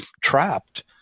trapped